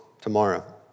tomorrow